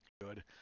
good